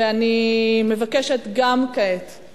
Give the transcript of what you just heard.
ואני מבקשת כעת גם